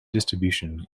distribution